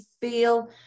feel